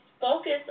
focus